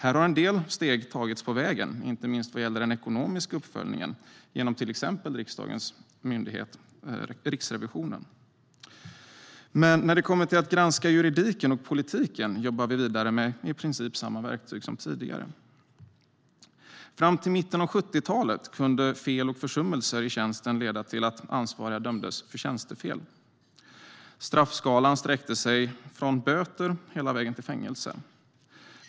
Här har en del steg tagits på vägen, inte minst vad gäller den ekonomiska uppföljningen, genom till exempel riksdagens myndighet Riksrevisionen. Men när det kommer till att granska juridiken och politiken jobbar vi vidare med i princip samma verktyg som tidigare. Fram till mitten av 1970-talet kunde fel och försummelser i tjänsten leda till att ansvariga dömdes för tjänstefel. Straffskalan sträckte sig från böter hela vägen till fängelse.